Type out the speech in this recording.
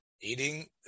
eating